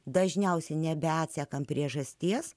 dažniausiai nebeatsekame priežasties